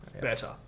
better